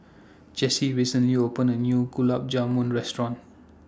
Jesse recently opened A New Gulab Jamun Restaurant